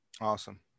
Awesome